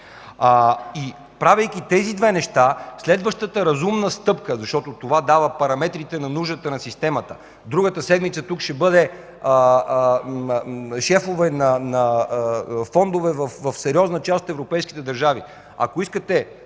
Правейки тези две неща, следващата разумна стъпка, защото това дава параметрите на нуждата на системата – другата седмица тук ще бъдат шефовете на фондове в сериозна част от европейските държави